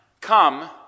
Come